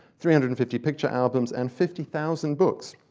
three hundred and fifty picture albums, and fifty thousand books.